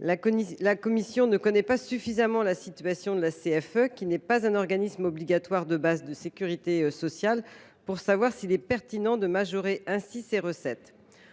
La commission ne connaît pas suffisamment la situation de la CFE, qui n’est pas un organisme obligatoire de sécurité sociale, pour savoir s’il est pertinent de majorer ainsi ses recettes.